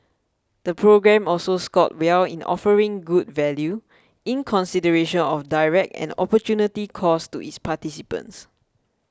the programme also scored well in offering good value in consideration of direct and opportunity costs to its participants